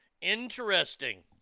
interesting